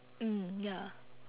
mm ya